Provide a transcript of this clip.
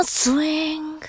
swing